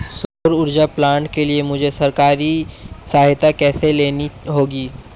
सौर ऊर्जा प्लांट के लिए मुझे सरकारी सहायता कैसे लेनी होगी?